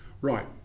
right